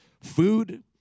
food